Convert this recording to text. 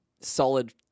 solid